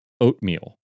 Oatmeal